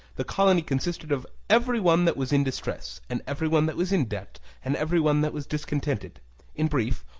the colony consisted of every one that was in distress, and every one that was in debt, and every one that was discontented in brief,